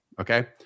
Okay